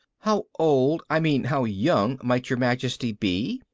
how old, i mean how young might your majesty be?